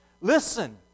Listen